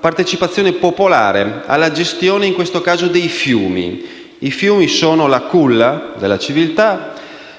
partecipazione popolare. I fiumi sono la culla della civiltà,